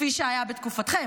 כפי שהיה בתקופתכם,